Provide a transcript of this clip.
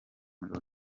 muri